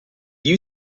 you